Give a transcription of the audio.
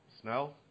Snell